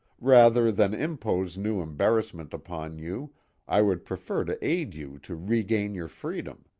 rather than impose new embarrassments upon you i would prefer to aid you to regain your freedom.